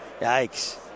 Yikes